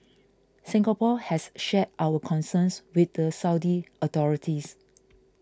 Singapore has shared our concerns with the Saudi authorities